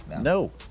no